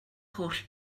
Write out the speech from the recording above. holl